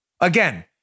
Again